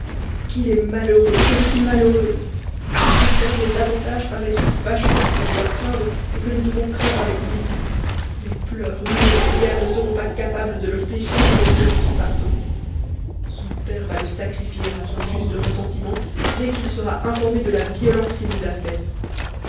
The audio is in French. qu'il est malheureux et que je suis malheureuse et que son père l'est davantage par les suites fâcheuses qu'il doit craindre et que nous devons craindre avec lui mes pleurs ni mes prières ne seront pas capables de le fléchir ni d'obtenir son pardon son père va le sacrifier à son juste ressentiment dès qu'i sera informé de la violence qu'il vous a faite